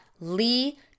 Lee